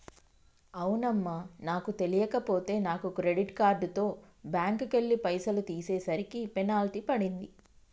అవునమ్మా నాకు తెలియక పోయే నాను క్రెడిట్ కార్డుతో బ్యాంకుకెళ్లి పైసలు తీసేసరికి పెనాల్టీ పడింది